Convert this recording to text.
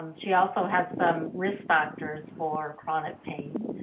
um she also has some risk factors for chronic pain.